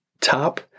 top